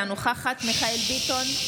אינה נוכחת מיכאל מרדכי ביטון,